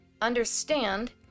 understand